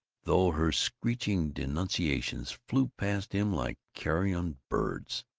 though her screeching denunciations flew past him like carrion birds.